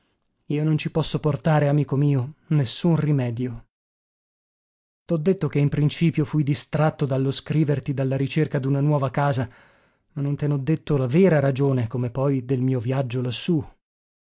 io non ci posso portare amico mio nessun rimedio t'ho detto che in principio fui distratto dallo scriverti dalla ricerca d'una nuova casa ma non te n'ho detto la vera ragione come poi del mio viaggio lassù